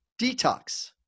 detox